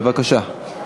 בבקשה.